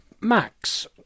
Max